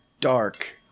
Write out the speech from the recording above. dark